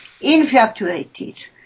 infatuated